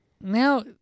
now